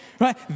Right